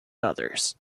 others